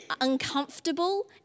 uncomfortable